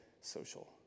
social